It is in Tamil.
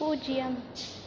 பூஜ்ஜியம்